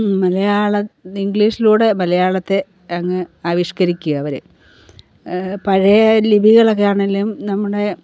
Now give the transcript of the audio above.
മലയാള ഇംഗ്ലീഷിലൂടെ മലയാളത്തെ അങ്ങ് ആവിഷ്കരിക്കുകയാ അവർ പഴയ ലിപികളൊക്കെയാണെങ്കിലും നമ്മുടെ